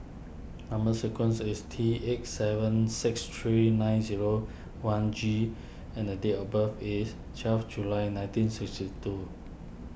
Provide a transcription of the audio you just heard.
Number Sequence is T eight seven six three nine zero one G and date of birth is twelve July nineteen sixty two